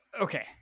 okay